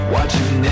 Watching